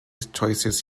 choices